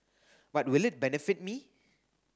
but will it benefit me